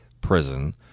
prison